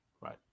Right